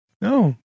No